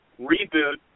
Reboot